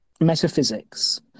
metaphysics